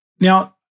now